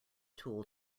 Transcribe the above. tool